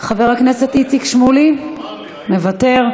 חבר הכנסת איציק שמולי, מוותר.